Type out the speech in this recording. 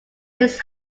his